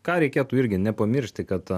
ką reikėtų irgi nepamiršti kad